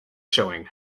showing